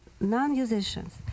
non-musicians